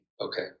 Okay